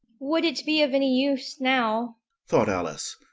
would it be of any use, now thought alice,